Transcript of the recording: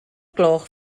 gloch